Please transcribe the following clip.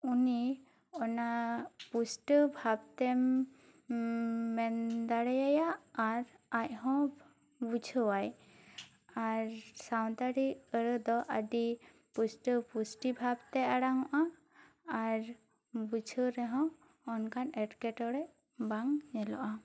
ᱩᱱᱤ ᱚᱱᱟ ᱯᱩᱥᱴᱟᱹᱣ ᱵᱷᱟᱵᱛᱮᱢ ᱢᱮᱱ ᱫᱟᱲᱮ ᱟᱭᱟ ᱟᱨ ᱟᱡ ᱦᱚᱸ ᱵᱩᱡᱷᱟᱹᱣᱟᱭ ᱟᱨ ᱥᱟᱱᱛᱟᱲᱤ ᱟᱹᱲᱟᱹ ᱫᱚ ᱟᱹᱰᱤ ᱯᱩᱥᱴᱟᱹᱣ ᱯᱩᱥᱴᱤ ᱵᱷᱟᱵᱛᱮ ᱟᱲᱟᱝᱚᱜᱼᱟ ᱟᱨ ᱵᱩᱡᱷᱟᱹᱣ ᱨᱮᱦᱚᱸ ᱚᱱᱠᱟᱱ ᱮᱴᱠᱮᱴᱚᱬᱮ ᱵᱟᱝ ᱧᱮᱞᱚᱜᱼᱟ